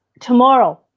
tomorrow